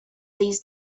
these